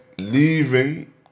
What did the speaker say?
Leaving